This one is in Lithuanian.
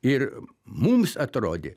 ir mums atrodė